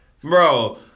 Bro